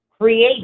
created